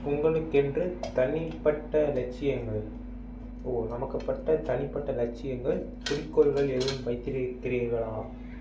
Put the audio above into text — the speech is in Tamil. உங்களுக்கென்று தனிப்பட்ட லட்சியங்கள் நமக்கு பட்ட தனிப்பட்ட லட்சியங்கள் குறிக்கோள்கள் எதுவும் வைத்திருக்கிறீர்களா